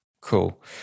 Cool